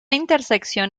intersección